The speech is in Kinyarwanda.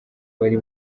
bari